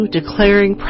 declaring